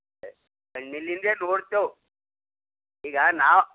ಕಣ್ಣಿನಿಂದೇ ನೋಡ್ತೇವೆ ಈಗ ನಾವು